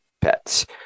pets